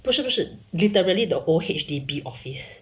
不是不是 literally the old H_D_B office